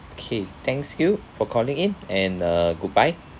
okay thanks you for calling in and uh goodbye